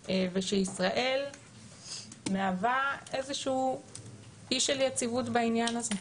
ושישראל מהווה איזו שהיא אי של יציבות בעניין הזה,